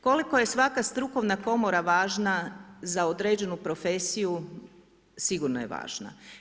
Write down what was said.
Koliko je svaka strukovna komora važna za određenu profesiju, sigurno je važna.